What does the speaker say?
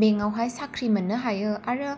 बेंकआवहाय साख्रि मोन्नो हायो आरो